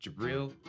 Jabril